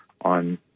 on